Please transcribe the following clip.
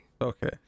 Okay